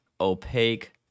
opaque